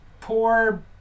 poor